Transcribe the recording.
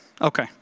Okay